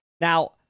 Now